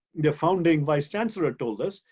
the founding vice chancellor told us,